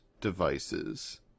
devices